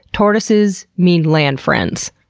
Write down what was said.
tortoises mean land friends,